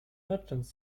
merchants